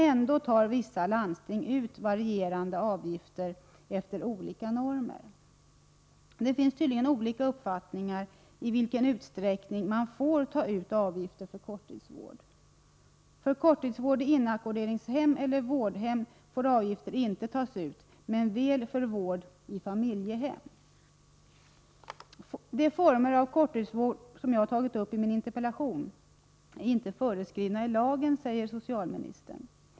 Ändå tar vissa landsting ut varierande avgifter efter olika normer. Det finns tydligen olika uppfattningar om i vilken utsträckning man får ta ut avgifter för korttidsvård. För korttidsvård i inackorderingshem eller vårdhem får avgifter inte tas ut, men väl för vård i familjehem. De former av korttidsvård som jag tagit upp i min interpellation är inte föreskrivna i lagen, säger socialministern.